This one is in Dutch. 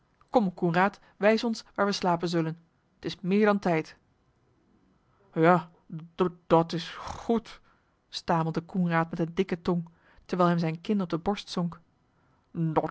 coenraad wijs ons waar wij slapen zullen t is meer dan tijd ja d dat is g goed stamelde coenraad met eene dikke tong terwijl hem zijne kin op de borst zonk